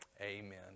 amen